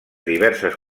diverses